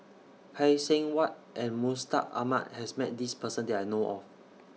Phay Seng Whatt and Mustaq Ahmad has Met This Person that I know of